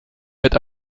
mit